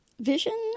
vision